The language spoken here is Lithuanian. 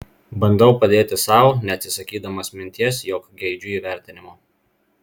bandau padėti sau neatsisakydamas minties jog geidžiu įvertinimo